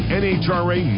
nhra